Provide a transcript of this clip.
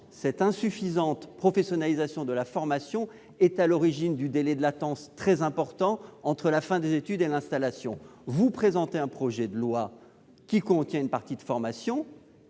cette insuffisante professionnalisation de la formation est à l'origine du délai très important entre la fin des études et l'installation. Vous présentez un projet de loi qui contient un chapitre dédié à la formation,